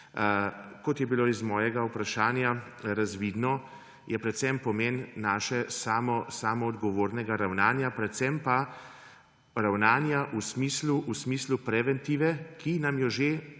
Kot je bilo iz mojega vprašanja razvidno, je predvsem pomen našega samoodgovornega ravnanja, predvsem pa ravnanja v smislu preventive, ki nam jo